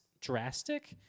drastic